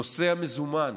נושא המזומן.